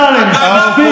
חבר הכנסת אמסלם, מספיק.